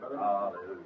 Hallelujah